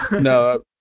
no